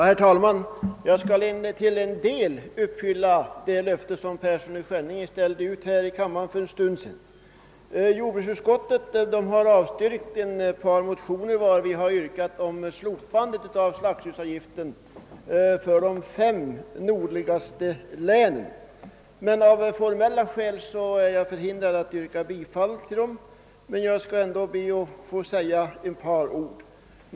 Herr talman! Jag skall till en del uppfylla det löfte som herr Persson i Skänninge utställde här i kammaren för en stund sedan. Jordbruksutskottet har avstyrkt de likalydande motionerna 1:434 och II: 535, i vilka vi yrkat på slopande av slaktdjursavgiften i de fem nordligaste länen. Av formella skäl är jag förhindrad att yrka bifall till motionerna, men jag vill ändå säga ett par ord.